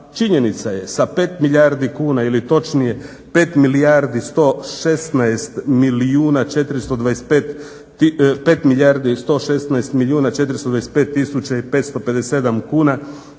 činjenica je sa 5 milijardi kuna ili točnije 5 milijardi 116 milijuna 425 tisuća i 557 kuna